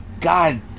God